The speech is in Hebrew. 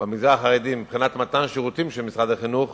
במגזר החרדי מבחינת מתן שירותים של משרד החינוך,